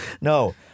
No